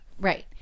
Right